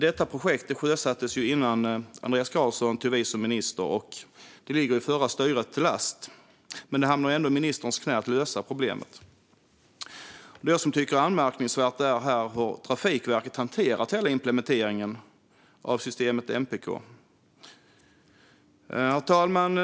Detta projekt sjösattes innan Andreas Carlson tog vid som minister och ligger förra styret till last. Men det hamnar ändå i ministerns knä att lösa problemet. Det jag tycker är anmärkningsvärt är hur Trafikverket har hanterat hela implementeringen av systemet MPK. Herr talman!